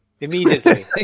immediately